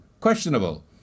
questionable